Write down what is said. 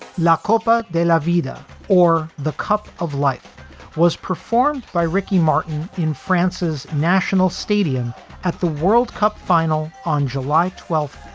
la copa de la vida or the cup of life was performed by ricky martin in france's national stadium at the world cup final on july twelfth,